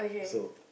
so